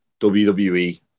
WWE